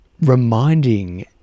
Reminding